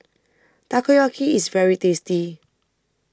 Takoyaki IS very tasty